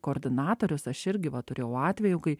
koordinatorius aš irgi va turėjau atvejų kai